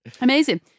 Amazing